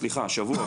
סליחה השבוע,